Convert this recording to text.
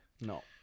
No